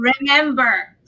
remember